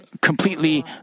completely